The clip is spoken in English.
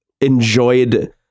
enjoyed